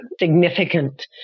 significant